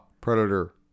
Predator